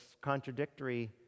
contradictory